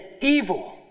evil